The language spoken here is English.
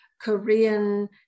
Korean